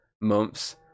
months